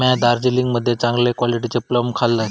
म्या दार्जिलिंग मध्ये चांगले क्वालिटीचे प्लम खाल्लंय